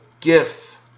gifts